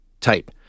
type